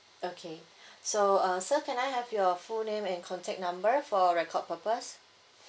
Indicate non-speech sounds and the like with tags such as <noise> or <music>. okay <breath> so uh sir can I have your full name and contact number for record purpose